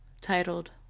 titled